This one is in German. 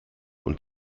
und